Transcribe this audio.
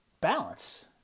balance